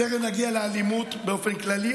תכף נגיע לאלימות באופן כללי,